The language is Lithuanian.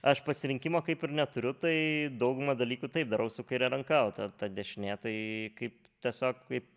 aš pasirinkimo kaip ir neturiu tai daugumą dalykų taip darau su kaire ranka o ta ta dešinė tai kaip tiesiog kaip